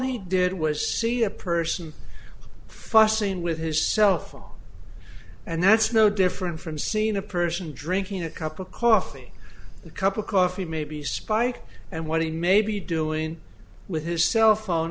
he did was see a person fussing with his cell phone and that's no different from seen a persian drinking a cup of coffee cup of coffee maybe spike and what he may be doing with his cell phone